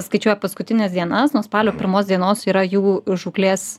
skaičiuoja paskutines dienas nuo spalio pirmos dienos yra jų žūklės